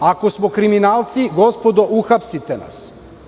Ako smo kriminalci, gospodo, uhapsite nas.